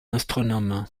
astronome